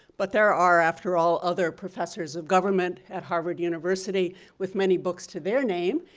but there are after all other professors of government at harvard university with many books to their name,